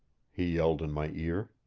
he yelled in my ear.